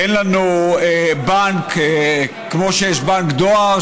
אין לנו בנק כמו שיש בנק דואר,